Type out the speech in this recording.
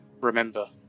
Remember